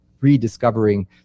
rediscovering